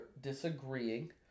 disagreeing